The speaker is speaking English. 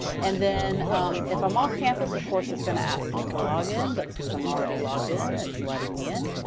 and then if i'm off-campus, of course, it's gonna ask me to login. but since i'm already logged in, that's letting me in.